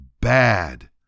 bad